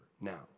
Now